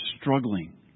struggling